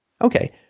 Okay